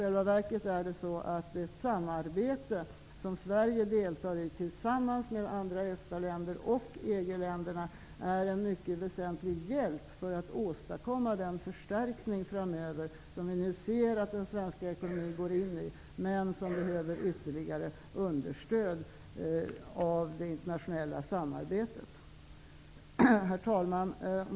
Det samarbete som Sverige deltar i tillsammans med andra EFTA länder och EG-länderna är en mycket väsentlig hjälp för att åstadkomma en förstärkning av den svenska ekonomin framöver. Men för att åstadkomma detta behövs det ytterligare understöd av det internationella samarbetet. Herr talman!